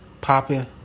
popping